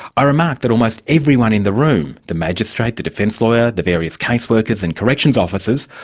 i remarked that almost everyone in the room, the magistrate, the defence lawyer, the various case workers and corrections officers,